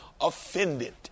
offended